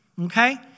Okay